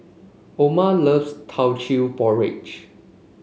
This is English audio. Orma loves Teochew Porridge